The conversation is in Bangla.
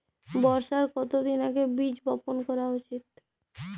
বর্ষার কতদিন আগে বীজ বপন করা উচিৎ?